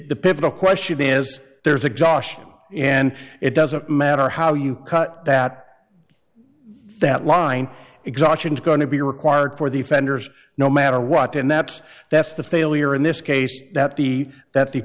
the pivotal question is there's a josh and it doesn't matter how you cut that that line exhaustion is going to be required for the offenders no matter what and that's that's the failure in this case that the that